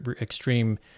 extreme